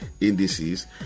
indices